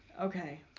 Okay